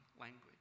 language